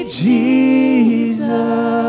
jesus